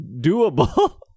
doable